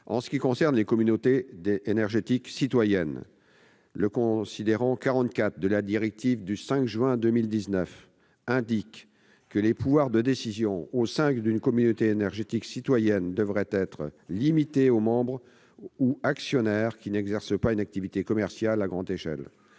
ce qui concerne les communautés énergétiques citoyennes, le considérant 44 de la directive du 5 juin 2019 indique que « les pouvoirs de décision au sein d'une communauté énergétique citoyenne devraient être limités aux membres ou actionnaires qui n'exercent pas une activité commerciale à grande échelle